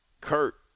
Kurt